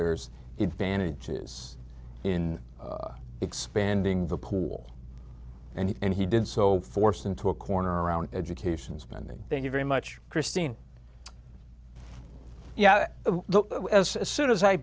there's it's vantages in expanding the pool and he and he did so forced into a corner around education spending thank you very much christine yes as soon as i